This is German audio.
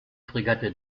fregatte